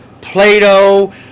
Plato